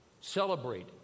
Celebrate